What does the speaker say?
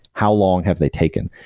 how long have they taken?